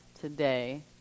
today